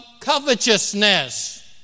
covetousness